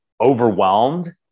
overwhelmed